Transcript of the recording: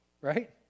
Right